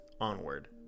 onward